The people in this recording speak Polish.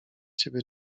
ciebie